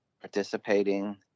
participating